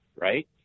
right